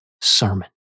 sermon